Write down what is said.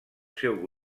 seu